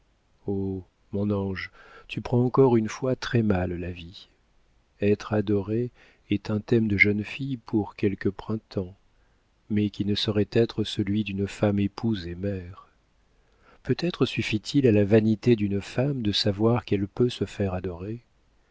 mon ange tu prends encore une fois très mal la vie être adorée est un thème de jeune fille bon pour quelques printemps mais qui ne saurait être celui d'une femme épouse et mère peut-être suffit-il à la vanité d'une femme de savoir qu'elle peut se faire adorer